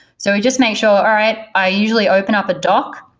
so we just make sure, all right i usually open up a dock,